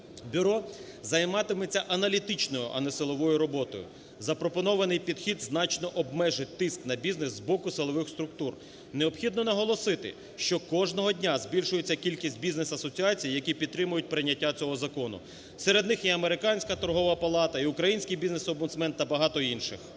Бюро займатиметься аналітичною, а не силовою роботою. Запропонований підхід значно обмежить тиск на бізнес з боку силових структур. Необхідно наголосити, що кожного дня збільшується кількість бізнес-асоціацій, які підтримують прийняття цього закону. Серед них і Американська торгова палата, і український бізнес-омбудсмен та багато інших.